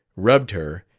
rubbed her,